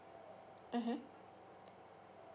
mmhmm